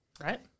right